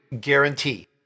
Guarantee